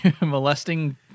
molesting